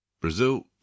Brazil